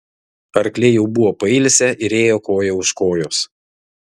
arkliai jau buvo pailsę ir ėjo koja už kojos